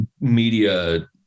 Media